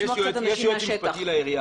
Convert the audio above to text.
לעירייה